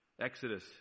Exodus